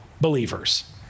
believers